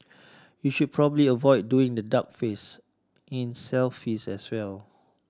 you should probably avoid doing the duck face in selfies as well